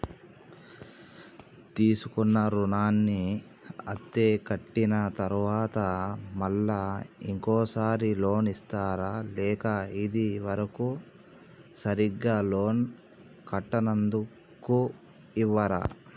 తీసుకున్న రుణాన్ని అత్తే కట్టిన తరువాత మళ్ళా ఇంకో సారి లోన్ ఇస్తారా లేక ఇది వరకు సరిగ్గా లోన్ కట్టనందుకు ఇవ్వరా?